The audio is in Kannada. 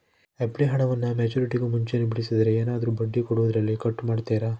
ಎಫ್.ಡಿ ಹಣವನ್ನು ಮೆಚ್ಯೂರಿಟಿಗೂ ಮುಂಚೆನೇ ಬಿಡಿಸಿದರೆ ಏನಾದರೂ ಬಡ್ಡಿ ಕೊಡೋದರಲ್ಲಿ ಕಟ್ ಮಾಡ್ತೇರಾ?